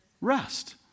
Rest